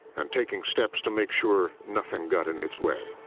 and taking steps to make sure nothing got in its way.